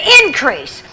increase